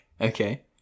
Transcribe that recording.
Okay